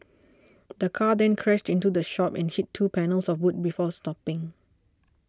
the car then crashed into the shop and hit two panels of wood before stopping